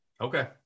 Okay